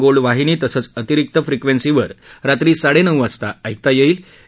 gold वाहिनी तसंच अतिरिक्त फ्रिक्वन्सीवर रात्री साडव्रिऊ वाजता ऐकता यईंजे